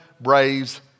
Braves